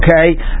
okay